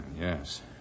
Yes